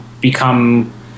become